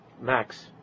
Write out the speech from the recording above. Max